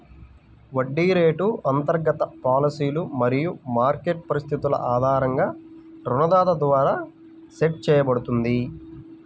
వడ్డీ రేటు అంతర్గత పాలసీలు మరియు మార్కెట్ పరిస్థితుల ఆధారంగా రుణదాత ద్వారా సెట్ చేయబడుతుంది